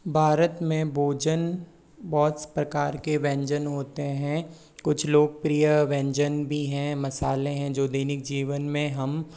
भारत में भोजन बहुत प्रकार के व्यंजन होते हैं कुछ लोकप्रिय व्यंजन भी हैं मसाले हैं जो दैनिक जीवन में हम